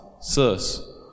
Sirs